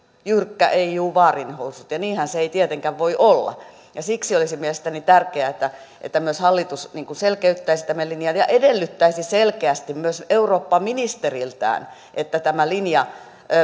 jyrkkä ei juu vaarinhousut ja ja niinhän se ei tietenkään voi olla siksi olisi mielestäni tärkeää että että myös hallitus selkeyttäisi tämän linjan ja edellyttäisi selkeästi myös eurooppaministeriltään että tämä linja